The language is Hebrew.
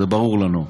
זה ברור לנו,